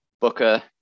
Booker